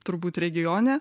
turbūt regione